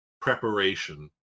preparation